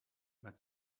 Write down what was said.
but